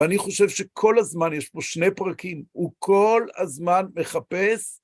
ואני חושב שכל הזמן, יש פה שני פרקים, הוא כל הזמן מחפש...